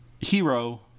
hero